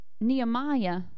Nehemiah